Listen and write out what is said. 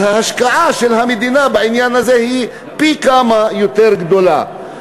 אז ההשקעה של המדינה בעניין הזה היא פי כמה יותר גדולה.